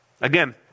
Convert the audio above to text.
Again